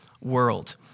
world